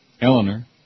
Eleanor